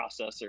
processor